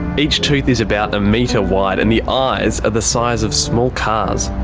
each tooth is about a metre wide and the eyes are the size of small cars.